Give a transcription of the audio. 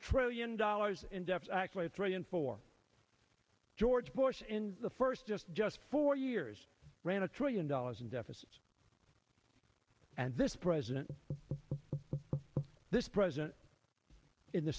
trillion dollars in deficit actually three in four george bush in the first just just four years ran a trillion dollars in deficits and this president this president in the